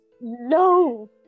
No